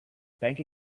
bank